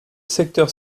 secteur